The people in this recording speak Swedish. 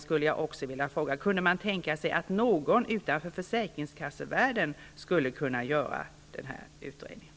Skulle någon utanför försäkringskassevärlden kunna göra denna utredning?